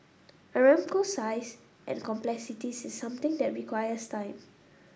Aramco's size and complexities is something that requires time